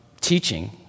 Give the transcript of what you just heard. teaching